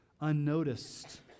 unnoticed